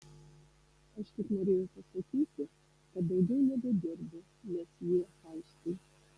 aš tik norėjau pasakyti kad daugiau nebedirbu mesjė faustui